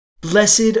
Blessed